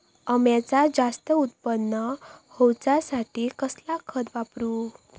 अम्याचा जास्त उत्पन्न होवचासाठी कसला खत वापरू?